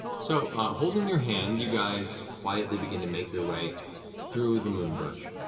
so ah holding your hand, you guys quietly begin to make your way through the moonbrush.